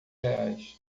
reais